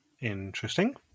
Interesting